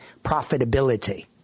profitability